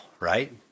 right